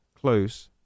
close